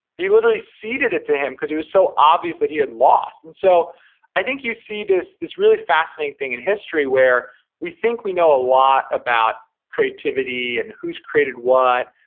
he literally ceded it to him, because it was so obvious that he had lost and so i think you see this this really fascinating thing in history where we think we know a lot about creativity, and whose created what,